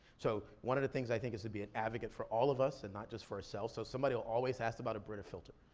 so, one of the things i think is to be an advocate for all of us, and not just for ourselves. so somebody'll always ask about a brita filter.